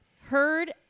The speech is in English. heard